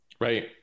Right